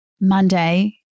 Monday